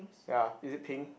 ya is it pink